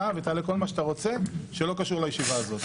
ותעלה כל מה שאתה רוצה שלא קשור לישיבה הזאת.